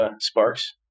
sparks